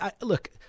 Look